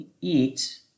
eat